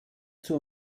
zur